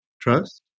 Trust